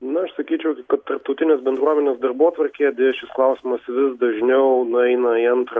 na aš sakyčiau kad tarptautinės bendruomenės darbotvarkėje šis klausimas vis dažniau nueina į antrą